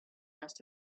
must